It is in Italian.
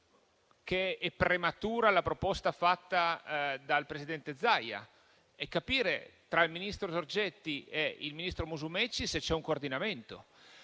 che è prematura la proposta fatta dal presidente Zaia e capire se tra il ministro Giorgetti e il ministro Musumeci c'è un coordinamento.